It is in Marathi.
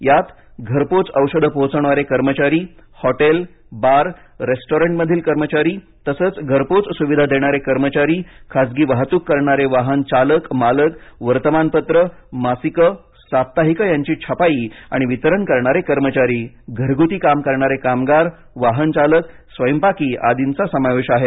यात घरपोच औषधं पोहोचवणारे कर्मचारी हॉटेल बार रेस्टॉरंटमधील कर्मचारी तसेच घरपोच सुविधा देणारे कर्मचारी खासगी वाहतूक करणारे वाहन चालक मालक वर्तमानपत्र मासिक साप्ताहिक यांची छपाई आणि वितरण करणारे कर्मचारी घरगुती काम करणारे कामगार वाहन चालक स्वयंपाकी आदींचा समावेश आहे